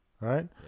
right